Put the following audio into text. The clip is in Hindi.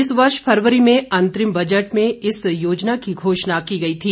इस वर्ष फरवरी में अंतरिम बजट में इस योजना की घोषणा की गई थी